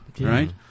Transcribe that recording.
Right